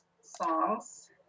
songs